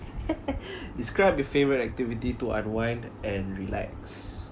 describe your favourite activity to unwind and relax